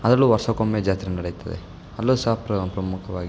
ಅದರಲ್ಲೂ ವರ್ಷಕ್ಕೊಮ್ಮೆ ಜಾತ್ರೆ ನಡೆಯುತ್ತದೆ ಅಲ್ಲೂ ಸಹ ಪ್ರಮುಖವಾಗಿದೆ